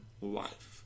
life